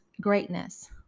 greatness